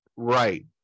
Right